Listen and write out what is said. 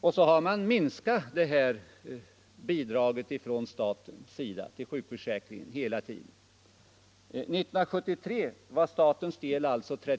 Sedan har detta statliga bidrag till sjukförsäkringen hela tiden minskat.